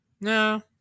no